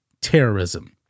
Terrorism